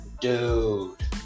dude